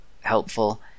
helpful